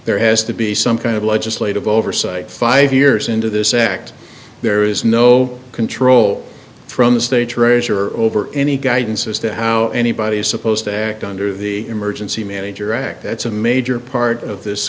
there has to be some kind of legislative oversight five years into this act there is no control from the stage raiser over any guidance as to how anybody is supposed to act under the emergency manager act that's a major part of this